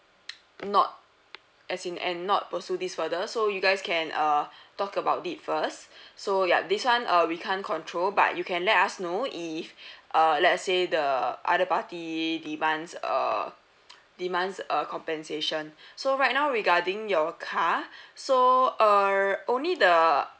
not as in and not pursue this further so you guys can uh talk about it first so yup this one uh we can't control but you can let us know if err let's say the other party demands err demands a compensation so right now regarding your car so err only the